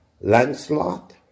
Lancelot